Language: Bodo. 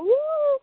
आयौ